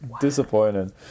Disappointing